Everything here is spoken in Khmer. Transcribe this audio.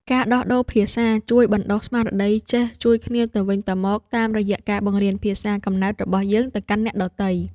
ការដោះដូរភាសាជួយបណ្ដុះស្មារតីចេះជួយគ្នាទៅវិញទៅមក តាមរយៈការបង្រៀនភាសាកំណើតរបស់យើងទៅកាន់អ្នកដទៃ។